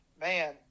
man